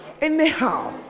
anyhow